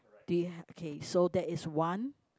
do you have okay so that is one